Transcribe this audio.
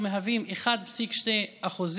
ומהווים 1.2% מכלל,